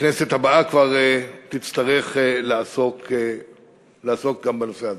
הכנסת הבאה כבר תצטרך לעסוק גם בנושא הזה.